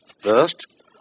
First